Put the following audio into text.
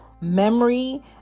memory